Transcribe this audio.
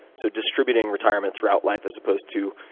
so distributing retirement throughout life, as opposed to